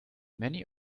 many